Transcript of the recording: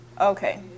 Okay